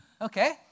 Okay